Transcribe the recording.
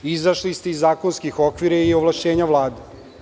Izašli ste iz zakonskih okvira i ovlašćenja Vlade.